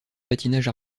patinage